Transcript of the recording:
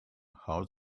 how